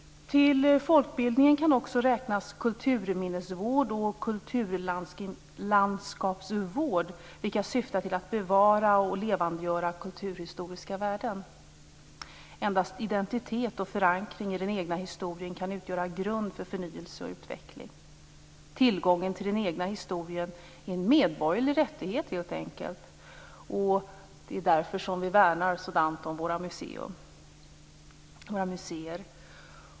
Till folkbildningen kan också räknas kulturminnesvård och kulturlandskapsvård, vilka syftar till att bevara och levandegöra kulturhistoriska värden. Endast identitet och förankring i den egna historien kan utgöra en grund för förnyelse och utveckling. Tillgången till den egna historien är helt enkelt en medborgerlig rättighet. Det är därför som vi värnar så mycket om våra museer.